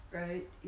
right